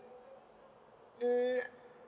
mm